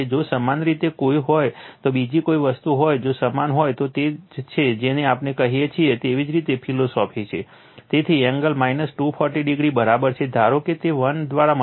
જો સમાન રીતે કોઈ હોય તો બીજી કોઈ વસ્તુ હોય જો સમાન હોય તો તે તે જ છે જેને આપણે કહીએ છીએ તેવી જ રીતે ફિલોસોફી છે તેથી એંગલ 240 o બરાબર છે ધારો કે તે 1 દ્વારા મલ્ટીપ્લાય છે